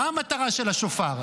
מה המטרה של השופר?